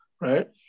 right